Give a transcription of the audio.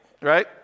right